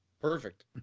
Perfect